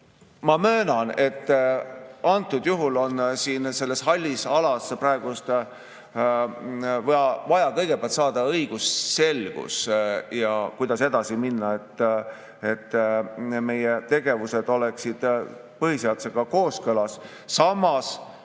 Ma möönan, et antud juhul on selles hallis alas vaja kõigepealt saada õigusselgus, kuidas edasi minna, et meie tegevused oleksid põhiseadusega kooskõlas. Samas,